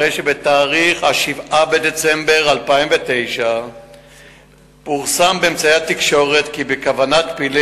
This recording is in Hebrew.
הרי שבתאריך 7 בדצמבר 2009 פורסם באמצעי התקשורת כי בכוונת פעילי